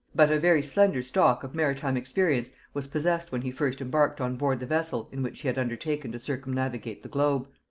but a very slender stock of maritime experience was possessed when he first embarked on board the vessel in which he had undertaken to circumnavigate the globe.